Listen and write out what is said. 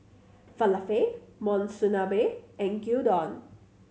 Falafel Monsunabe and Gyudon